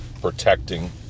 protecting